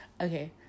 Okay